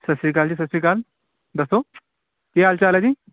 ਸਤਿ ਸ਼੍ਰੀ ਅਕਾਲ ਜੀ ਸਤਿ ਸ਼੍ਰੀ ਅਕਾਲ ਦੱਸੋ ਕੀ ਹਾਲ ਚਾਲ ਹੈ ਜੀ